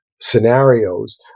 scenarios